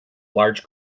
large